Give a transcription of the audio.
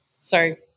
sorry